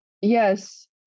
Yes